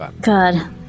God